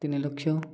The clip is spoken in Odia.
ତିନି ଲକ୍ଷ